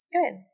Good